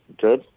good